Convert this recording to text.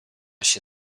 się